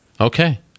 Okay